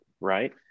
right